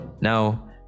Now